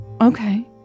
Okay